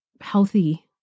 healthy